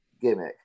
gimmick